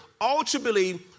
ultimately